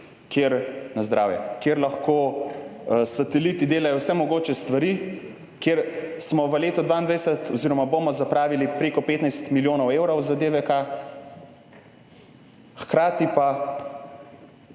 s sateliti delajo vse mogoče stvari, kjer smo v letu 2022 oziroma bomo zapravili preko 15 milijonov evrov za DVK, hkrati pa